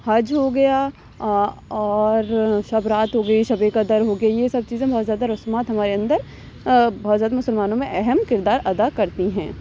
حج ہو گیا اور شبِ رات ہو گئی شبِ قدر ہو گئی یہ سب چیزیں بہت زیادہ رسومات ہمارے اندر بہت زیادہ مسلمانوں میں اہم کردار ادا کرتی ہیں